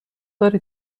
داری